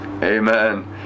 Amen